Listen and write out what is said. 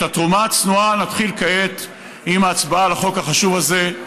את התרומה הצנועה נתחיל כעת עם ההצבעה על החוק החשוב הזה,